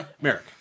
Merrick